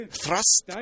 thrust